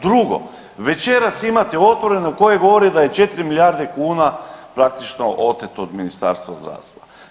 Drugo, večeras imate „Otvoreno“ koje govori da je 4 milijarde kuna praktično oteto od Ministarstva zdravstva.